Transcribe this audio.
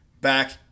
back